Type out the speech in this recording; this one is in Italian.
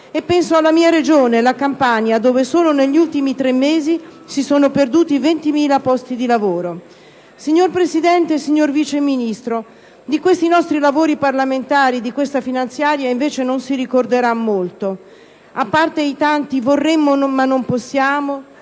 infine alla mia Regione, alla Campania, dove solo negli ultimi tre mesi sono andati perduti 20.000 posti di lavoro. Signor Presidente, signor Vice Ministro, di questi nostri lavori parlamentari e di questa legge finanziaria, invece, non si ricorderà molto, a parte i tanti «vorremmo, ma non possiamo»,